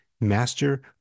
master